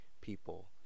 people